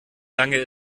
lange